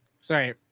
Sorry